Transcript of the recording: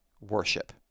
worship